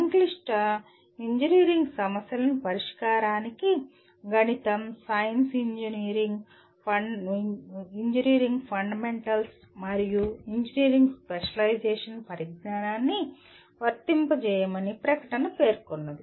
సంక్లిష్ట ఇంజనీరింగ్ సమస్యల పరిష్కారానికి గణితం సైన్స్ ఇంజనీరింగ్ ఫండమెంటల్స్ మరియు ఇంజనీరింగ్ స్పెషలైజేషన్ పరిజ్ఞానాన్ని వర్తింపజేయమని ప్రకటన పేర్కొంది